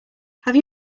have